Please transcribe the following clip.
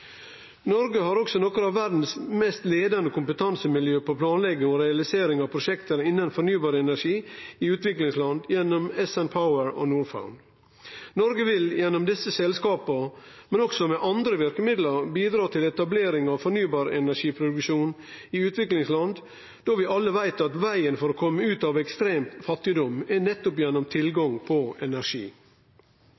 Noreg har også nokre av verdas fremste kompetansemiljø på planlegging og realisering av prosjekt innanfor fornybar energi i utviklingsland gjennom SN Power og Norfund. Noreg vil gjennom desse selskapa, men også med andre verkemiddel, bidra til etablering av ny fornybar energiproduksjon i utviklingsland, då vi alle veit at vegen for å kome ut av ekstrem fattigdom er nettopp gjennom